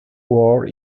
war